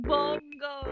Bongo